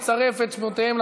(תיקון מס' 30),